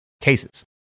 cases